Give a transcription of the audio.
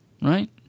right